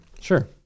Sure